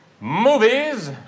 movies